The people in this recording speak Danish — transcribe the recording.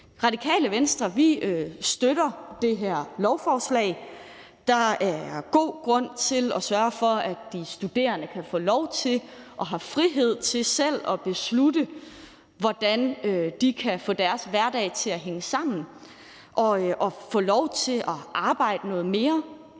Radikale Venstre støtter vi det her lovforslag. Der er god grund til at sørge for, at de studerende kan få lov til og har frihed til selv at beslutte, hvordan de kan få deres hverdag til at hænge sammen, så de også kan arbejde noget mere.